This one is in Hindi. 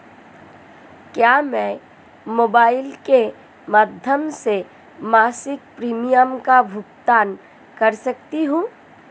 क्या मैं मोबाइल के माध्यम से मासिक प्रिमियम का भुगतान कर सकती हूँ?